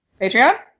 Patreon